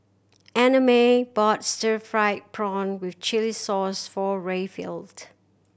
Annamae bought stir fried prawn with chili sauce for Rayfield